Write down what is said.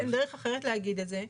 אין דרך אחרת להגיד את זה.